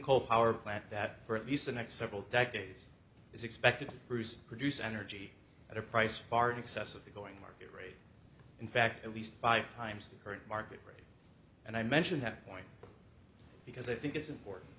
coal power plant that for at least the next several decades is expected bruce produce energy at a price far in excess of the going market rate in fact at least five times the current market rate and i mention that point because i think it's important